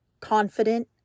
confident